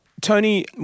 Tony